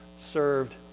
served